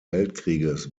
weltkrieges